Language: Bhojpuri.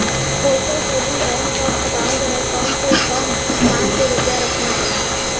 पोस्टल सेविंग बैंक क अकाउंट में कम से कम पांच सौ रूपया रखना होला